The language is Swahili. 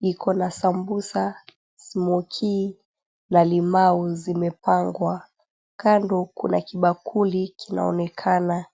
Liko na sambusa, smokie na limau zimepangwa. Kando kuna kibakuli kinaonekana.